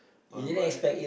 on my